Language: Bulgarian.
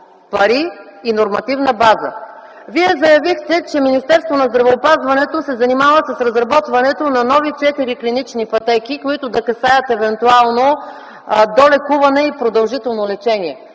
пари и нормативна база. Вие заявихте, че Министерството на здравеопазването се занимава с разработването на нови четири клинични пътеки, които да касаят евентуално долекуване и продължително лечение,